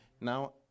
Now